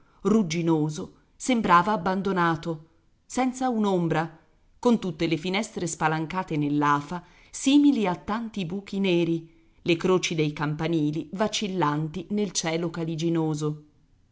rugginoso sembrava abbandonato senza un'ombra con tutte le finestre spalancate nell'afa simili a tanti buchi neri le croci dei campanili vacillanti nel cielo